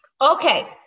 Okay